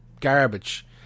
garbage